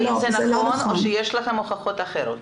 האם זה נכון או שיש לכם הוכחות אחרות?